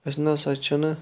أسۍ نسا چھِنہٕ